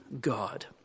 God